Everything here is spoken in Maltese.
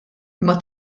imma